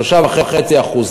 3.5%,